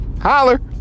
holler